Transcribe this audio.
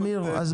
עמיר, הבנו.